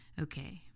Okay